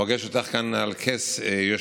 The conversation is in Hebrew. אבל אני פעם ראשונה פוגש אותך כאן על כס היושב-ראש,